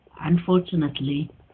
Unfortunately